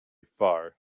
far